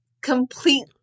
complete